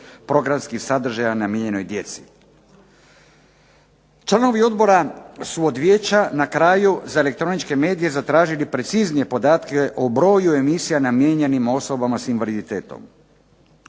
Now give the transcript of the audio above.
programskih sadržaja namijenjenoj djeci. Članovi odbora su od vijeća na kraju za elektroničke medije zatražili preciznije podatke o broju emisija namijenjenim osobama sa invaliditetom.